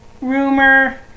rumor